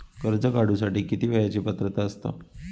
कर्ज काढूसाठी किती वयाची पात्रता असता?